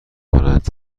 کنند